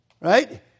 Right